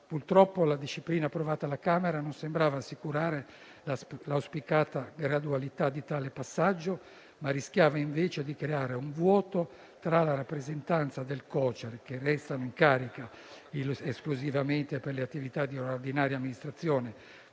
Purtroppo, la disciplina approvata alla Camera non sembrava assicurare l'auspicata gradualità di tale passaggio, ma rischiava invece di creare un vuoto tra la rappresentanza del Cocer, che resta in carica esclusivamente per le attività di ordinaria amministrazione